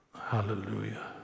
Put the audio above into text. Hallelujah